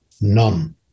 None